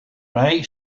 mij